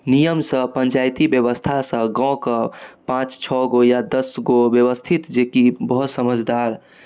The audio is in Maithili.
नियमसँ पञ्चायती व्यवस्थासँ गाँव कऽ पाँच छौ गो या दश गो व्यवस्थित जेकि बहुत समझदार